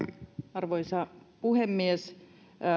arvoisa puhemies